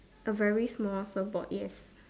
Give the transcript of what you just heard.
A very small surfboard yes